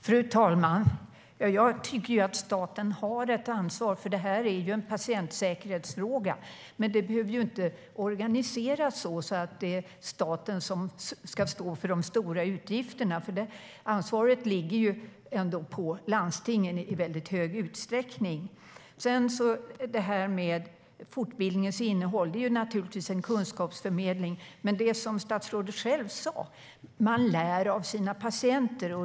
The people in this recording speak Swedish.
Fru talman! Jag tycker att staten har ett ansvar. Det är ju en patientsäkerhetsfråga. Men det behöver inte organiseras så att det är staten som ska stå för de stora utgifterna. Ansvaret ligger ändå på landstingen i väldigt hög utsträckning. Sedan gäller det fortbildningens innehåll. Det handlar naturligtvis om en kunskapsförmedling. Men det är som statsrådet själv sa: Man lär av sina patienter.